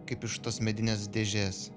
kaip iš tos medinės dėžės